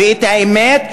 ואת האמת,